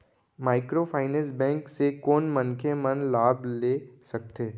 Microfinance bank से कोन मनखे मन लाभ ले सकथे?